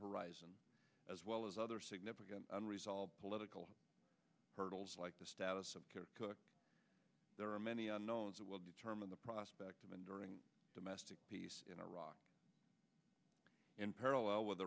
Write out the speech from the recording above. horizon as well as other significant unresolved political hurdles like the status of kirkuk there are many unknowns that will determine the prospects of enduring domestic peace in iraq in parallel with